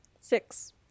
Six